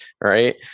Right